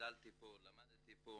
גדלתי פה, למדתי פה.